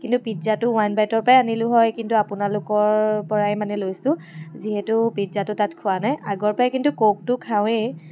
কিন্তু পিজ্জাটো ওৱান বাইটৰ পৰা আনিলো হয় কিন্তু আপোনালোকৰ পৰাই মানে লৈছো যিহেতু পিজ্জাটো তাত খোৱা নাই আগৰ পৰাই কিন্তু ক'কটো খাওৱেই